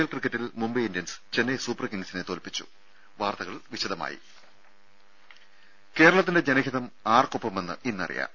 L ക്രിക്കറ്റിൽ Mumbai Indians Chennai Super കിംഗ്സിനെ തോൽപ്പിച്ചു വാർത്തകൾ വിശദമായി കേരളത്തിന്റെ ജനഹിതം ആർക്കൊപ്പമെന്ന് ഇന്നറിയാം